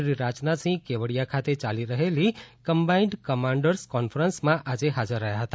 શ્રી રાજનાથ સિંહ કેવડિયા ખાતે યાલી રહેલી કમ્બાઇન્ડ કમાન્ડર્સ કોન્ફરન્સમાં આજે હાજર રહ્યા હતા